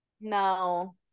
No